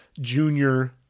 junior